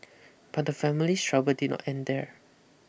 but the family's trouble did not end there